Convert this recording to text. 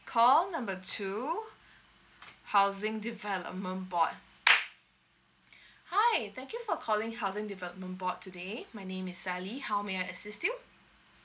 call number two housing development board hi thank you for calling housing development board today my name is sally how may I assist you